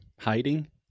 hiding